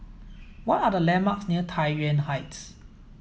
what are the landmarks near Tai Yuan Heights